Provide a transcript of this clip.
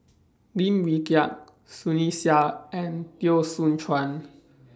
Lim Wee Kiak Sunny Sia and Teo Soon Chuan